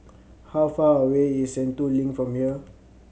how far away is Sentul Link from here